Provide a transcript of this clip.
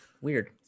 weird